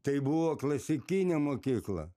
tai buvo klasikinė mokykla